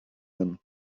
him